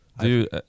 Dude